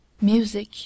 Music